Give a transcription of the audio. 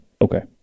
Okay